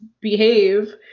behave